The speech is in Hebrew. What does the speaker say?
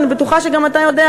אני בטוחה שגם אתה יודע,